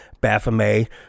Baphomet